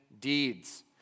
deeds